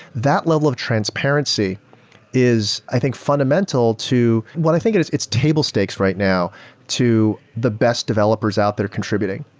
that level of transparency is i think fundamental to what i think and is it's table stakes right now to the best developers our there contributing.